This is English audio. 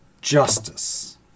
justice